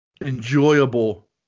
enjoyable